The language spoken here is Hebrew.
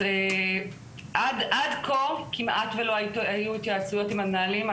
עד כה, כמעט ולא היו התייעצויות עם המנהלים.